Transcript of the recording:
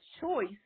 choice